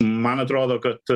man atrodo kad